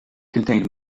contained